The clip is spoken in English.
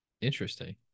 Interesting